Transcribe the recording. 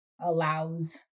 allows